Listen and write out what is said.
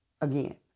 again